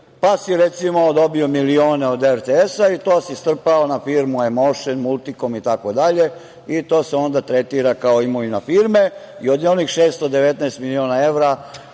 pa si recimo, dobio milione od RTS i to si strpao na firmu „Emošen“, „Multikom“ itd, i to se onda tretira kao imovina firme i od onih 619 miliona evra,